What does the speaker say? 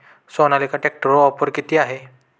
सोनालिका ट्रॅक्टरवर ऑफर किती आहे?